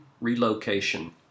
relocation